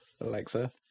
Alexa